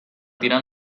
tirar